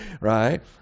right